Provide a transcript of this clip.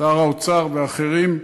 שר האוצר ואחרים.